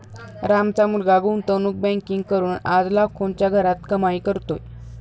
रामचा मुलगा गुंतवणूक बँकिंग करून आज लाखोंच्या घरात कमाई करतोय